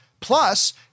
Plus